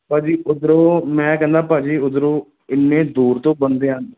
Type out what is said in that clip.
ਭਾਅ ਜੀ ਉੱਧਰੋਂ ਮੈਂ ਕਹਿੰਦਾ ਭਾਜੀ ਉੱਧਰੋਂ ਇੰਨੇ ਦੂਰ ਤੋਂ ਬੰਦੇ ਆਉਂਦੇ